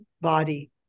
body